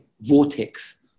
vortex